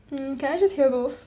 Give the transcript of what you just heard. mm can I just hear both